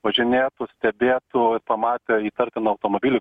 važinėtų stebėtų ir pamatė įtartiną automobilį